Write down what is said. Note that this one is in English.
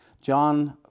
John